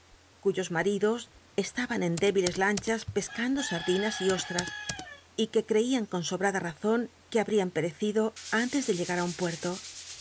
cuyos maridos estaban en débiles lanchas pescando sardinas y ostras y que creían con sobrada razon que habrian pcrccido antes de llegar á un puerlo